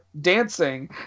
dancing